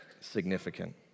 significant